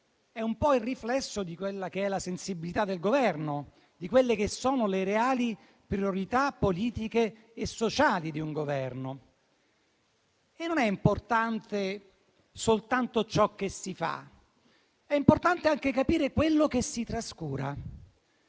è un po' il riflesso della sensibilità del Governo, delle reali priorità politiche e sociali di un Governo. Non è importante soltanto ciò che si fa, ma è importante anche capire quello che si trascura.